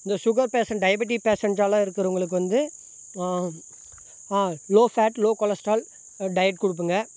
இந்த sugar patient diabetic பேஷண்ட்டாலாம் இருக்கிறவங்களுக்கு வந்து ஆ low fat low cholesterol diet கொடுப்பேங்க